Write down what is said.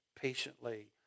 patiently